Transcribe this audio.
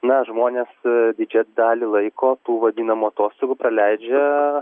na žmonės didžiąją dalį laiko tų vadinamų atostogų praleidžia